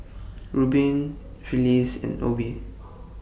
Rubin Phyllis and Obe